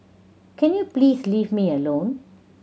can you please leave me alone